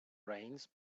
rains